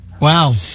Wow